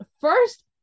first